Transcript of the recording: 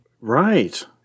Right